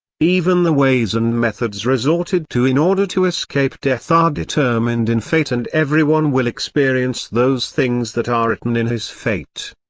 even the ways and methods resorted to in order to escape death are determined in fate and everyone will experience those things that are written in his fate.